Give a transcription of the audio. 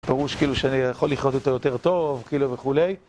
פירוש כאילו שאני יכול לחיות אותו יותר טוב, כאילו וכולי.